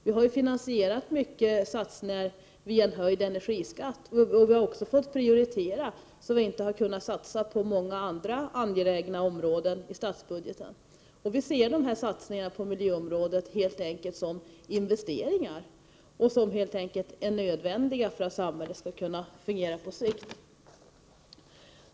Vi har finansierat många satsningar med hjälp av höjning av energiskatten, och vi har också fått prioritera på ett sådant sätt att vi inte har kunnat satsa på många andra angelägna områden i statsbudgeten. Vi ser dessa satsningar på miljöområdet som investeringar, som helt enkelt är nödvändiga för att samhället skall kunna fungera på sikt.